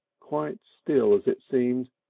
quite still as it seemed,